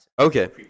Okay